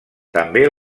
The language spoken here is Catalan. també